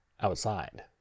outside